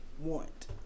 want